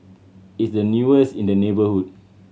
it's the newest in the neighbourhood